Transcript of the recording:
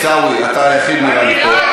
עיסאווי, אתה היחיד מהם פה.